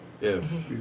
Yes